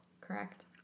correct